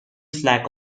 flack